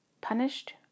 Punished